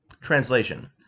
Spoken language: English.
Translation